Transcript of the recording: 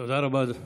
תודה רבה, אדוני.